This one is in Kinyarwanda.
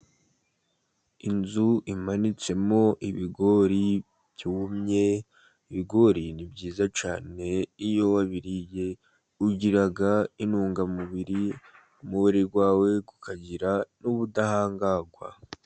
Inzu imanitsemo ibigori byumye, ibigori ni byiza cyane iyo wabiririye ugira intungamubiri umubiri wawe ukagira n'ubudahangarwa.